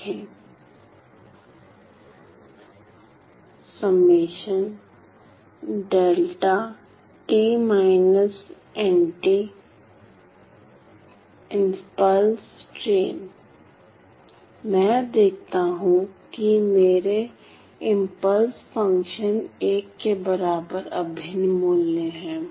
रखें impulse train मैं देखता हूं कि मेरे इंपल्स फंक्शन का 1 के बराबर अभिन्न मूल्य है